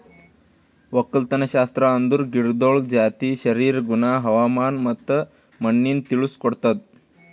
ಒಕ್ಕಲತನಶಾಸ್ತ್ರ ಅಂದುರ್ ಗಿಡಗೊಳ್ದ ಜಾತಿ, ಶರೀರ, ಗುಣ, ಹವಾಮಾನ ಮತ್ತ ಮಣ್ಣಿನ ತಿಳುಸ್ ಕೊಡ್ತುದ್